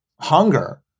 hunger